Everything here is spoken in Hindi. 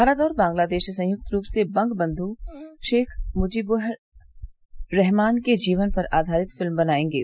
भारत और बंगलादेश संयुक्त रूप से बंग बंधु शेख मुजीबुरहमान के जीवन पर आधारित फिल्म बनाएंगे